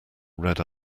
red